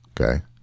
okay